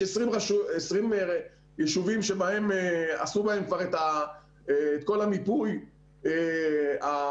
יש 20 יישובים שבהם כבר עשו את כל המיפוי הדקדקני,